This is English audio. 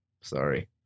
Sorry